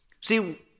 See